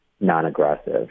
non-aggressive